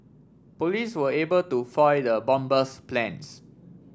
police were able to foil the bomber's plans